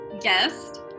guest